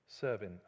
serving